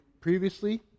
previously